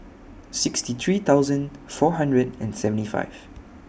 sixty three thousand four hundred and seventy five